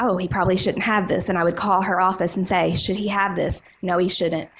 oh, he probably shouldn't have this, and i would call her office and say should he have this? no, he shouldn't.